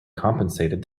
compensated